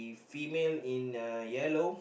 female in uh yellow